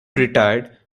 retired